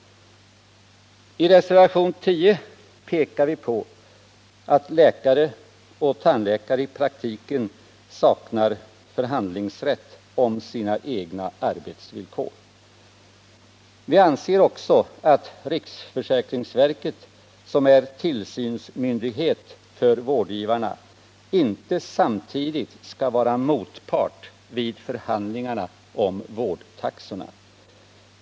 I reservation 10 pekar vi på att läkare och tandläkare i praktiken saknar förhandlingsrätt i fråga om sina egna arbetsvillkor. Vi anser också att riksförsäkringsverket, som är tillsynsmyndighet för vårdgivarna, inte samtidigt skall vara motpart vid förhandlingar om vårdtaxorna.